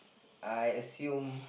I assume